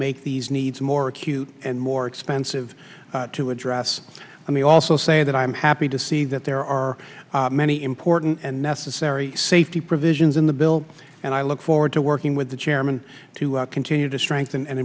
make these needs more acute and more expensive to address and we also say that i'm happy to see that there are many important and necessary safety provisions in the bill and i look forward to working with the chairman to continue to strengthen and